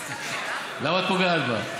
למה את פוגעת בה?